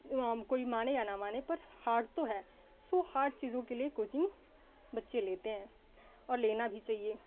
हम कोई माने या ना माने पर हार्ड तो है सो हार्ड चीज़ों के लिए कोचिंग बच्चे लेते हैं और लेना भी चहिए